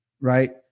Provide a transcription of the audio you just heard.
Right